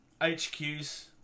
HQ's